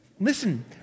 listen